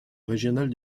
régional